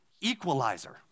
equalizer